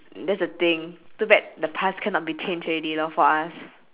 that's the thing too bad the past cannot be changed already lor for us